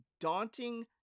daunting